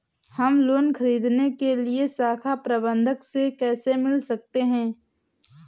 हम लोन ख़रीदने के लिए शाखा प्रबंधक से कैसे मिल सकते हैं?